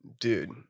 dude